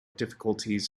difficulties